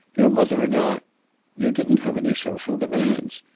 your mother and i you didn't have any social demands.